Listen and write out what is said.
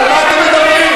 על מה אתם מדברים?